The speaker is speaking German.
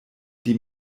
die